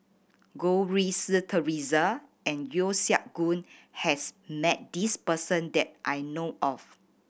Goh Rui Si Theresa and Yeo Siak Goon has met this person that I know of